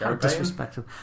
Disrespectful